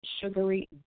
sugary